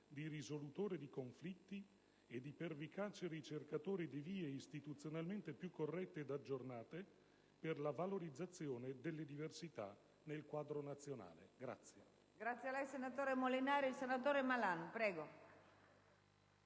di risolutore di conflitti e di pertinace ricercatore di vie istituzionalmente più corrette ed aggiornate per la valorizzazione delle diversità nel quadro nazionale.